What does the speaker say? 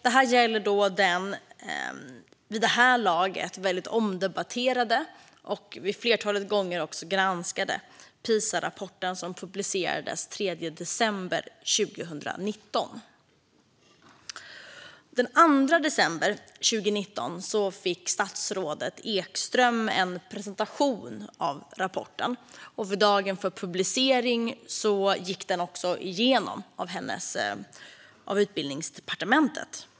Det gäller den vid det här laget väldigt omdebatterade och ett flertal gånger också granskade Pisarapporten som publicerades den 3 december 2019. Den 2 december 2019 fick statsrådet Ekström en presentation av rapporten. Dagen för publicering gicks den också igenom av Utbildningsdepartementet.